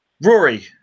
Rory